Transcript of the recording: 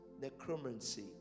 necromancy